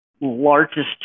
largest